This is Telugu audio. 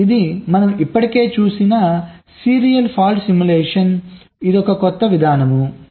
ఇది మనము ఇప్పటికే చూసిన సీరియల్ ఫాల్ట్ సిమ్యులేషన్ ఇది కొత్త విధానంnaive approach